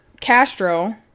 castro